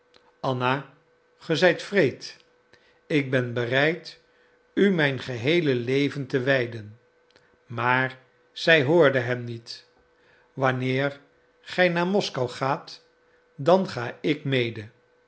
anna ge zijt wreed ik ben bereid u mijn geheele leven te wijden maar zij hoorde hem niet wanneer gij naar moskou gaat dan ga ik mede